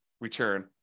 return